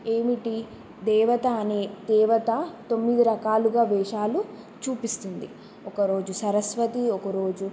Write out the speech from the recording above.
ఏమిటి దేవత అనే దేవత తొమ్మిది రకాలుగా వేషాలు చూపిస్తుంది ఒకరోజు సరస్వతి ఒకరోజు